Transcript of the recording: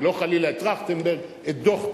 טרכטנברג, לא חלילה את טרכטנברג, את דוח-טרכטנברג.